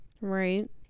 Right